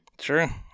sure